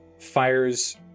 fires